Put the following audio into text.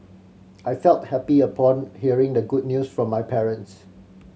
I felt happy upon hearing the good news from my parents